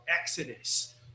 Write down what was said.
Exodus